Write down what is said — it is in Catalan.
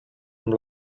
amb